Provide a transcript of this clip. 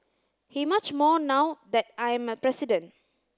he much more now that I am a president